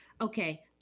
Okay